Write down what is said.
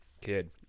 kid